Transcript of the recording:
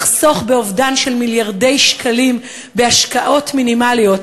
לחסוך באובדן של מיליארדי שקלים בהשקעות מינימליות,